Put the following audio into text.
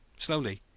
slowly,